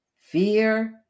Fear